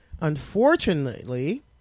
Unfortunately